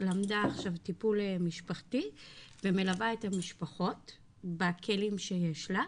למדה עכשיו טיפול משפחתי ומלווה את המשפחות בכלים שיש לה,